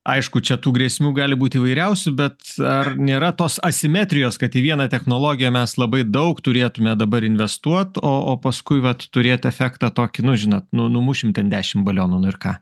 aišku čia tų grėsmių gali būt įvairiausių bet ar nėra tos asimetrijos kad į vieną technologiją mes labai daug turėtume dabar investuot o o paskui vat turėt efektą tokį nu žinot nu numušim ten dešim balionų nu ir ką